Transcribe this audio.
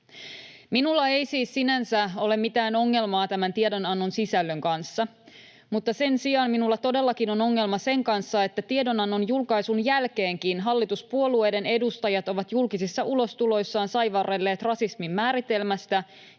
Minulla ei siis sinänsä ole mitään ongelmaa tämän tiedonannon sisällön kanssa, mutta sen sijaan minulla todellakin on ongelma sen kanssa, että tiedonannon julkaisun jälkeenkin hallituspuolueiden edustajat ovat julkisissa ulostuloissaan saivarrelleet rasismin määritelmästä